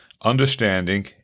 understanding